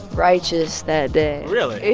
righteous that day really?